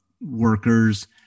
workers